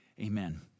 Amen